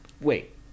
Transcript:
wait